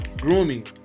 Grooming